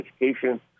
education